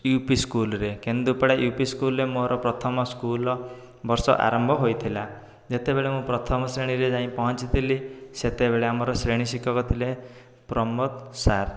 you P ସ୍କୁଲ୍ରେ Kendupada U P ସ୍କୁଲ୍ରେ ମୋର ପ୍ରଥମ ସ୍କୁଲ୍ ବର୍ଷ ଆରମ୍ଭ ହୋଇଥିଲା ଯେତେବେଳେ ମୁଁ ପ୍ରଥମ ଶ୍ରେଣୀରେ ଯାଇଁ ପହଞ୍ଚିଥିଲି ସେତେବେଳେ ଆମର ଶ୍ରେଣୀ ଶିକ୍ଷକ ଥିଲେ ପ୍ରମୋଦ ସାର୍